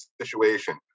situation